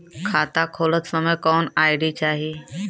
खाता खोलत समय कौन आई.डी चाही?